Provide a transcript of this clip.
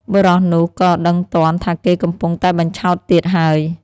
បុរសនោះក៏ដឹងទាន់ថាគេកំពុងតែបញ្ឆោតទៀតហើយ។